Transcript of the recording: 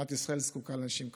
מדינת ישראל זקוקה לאנשים כמוך,